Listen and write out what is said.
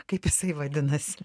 kaip jisai vadinasi